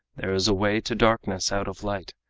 there is a way to darkness out of light,